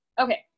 Okay